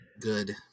Good